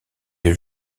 est